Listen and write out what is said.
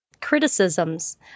criticisms